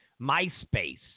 MySpace